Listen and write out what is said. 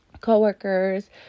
co-workers